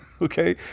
okay